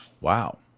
Wow